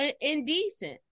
indecent